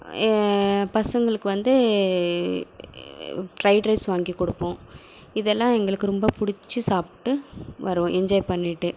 பாசங்களுக்கு வந்து fried rice வாங்கி கொடுப்போம் இதெல்லாம் எங்களுக்கு ரெம்ப பிடிச்சு சாப்பிட்டு வருவோம் என்ஜாய் பண்ணிவிட்டு